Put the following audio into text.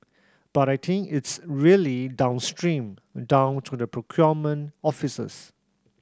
but I think it's really downstream down to the procurement offices